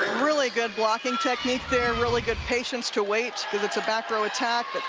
really good blocking technique there, really good patience to wait because it's a back row attack.